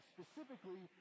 Specifically